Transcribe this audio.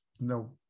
no